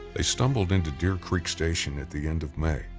they stumbled into deer creek station at the end of may,